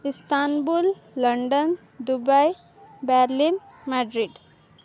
Istanbul London Dubai Berlin Madrid